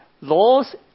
laws